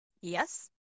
Yes